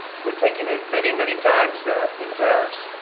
we're taking in many, many times that in tariffs.